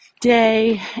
day